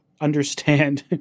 understand